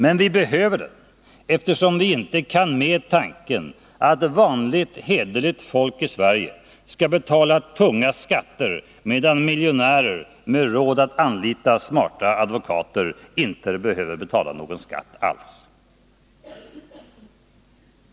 Men vi behöver den, eftersom vi inte kan med tanken att vanligt hederligt folk i Sverige skall betala tunga skatter, medan miljonärer med råd att anlita smarta advokater inte behöver betala någon skatt alls.